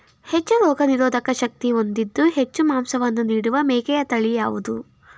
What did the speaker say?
ಹೆಚ್ಚು ರೋಗನಿರೋಧಕ ಶಕ್ತಿ ಹೊಂದಿದ್ದು ಹೆಚ್ಚು ಮಾಂಸವನ್ನು ನೀಡುವ ಮೇಕೆಯ ತಳಿ ಯಾವುದು?